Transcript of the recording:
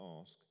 ask